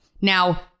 Now